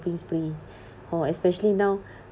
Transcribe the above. ~ping spree or especially now